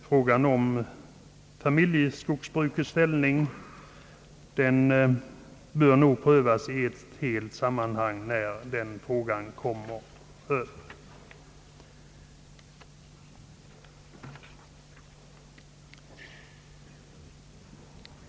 Frågan om familjeskogsbrukets ställning bör nog prövas i ett större sammanhang när den frågan kommer upp till behandling.